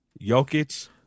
Jokic